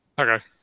Okay